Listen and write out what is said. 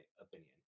opinion